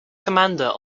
commander